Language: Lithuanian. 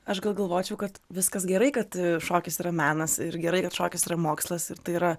aš gal galvočiau kad viskas gerai kad šokis yra menas ir gerai kad šokis yra mokslas ir tai yra